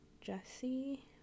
Jesse